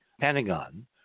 Pentagon